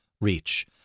reach